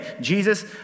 Jesus